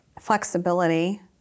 Flexibility